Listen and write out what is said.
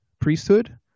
priesthood